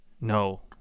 No